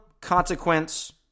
consequence